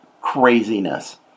craziness